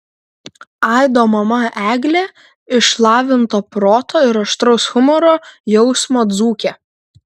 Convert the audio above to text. aido mama eglė išlavinto proto ir aštraus humoro jausmo dzūkė